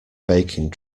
baking